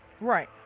Right